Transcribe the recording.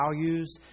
values